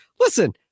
Listen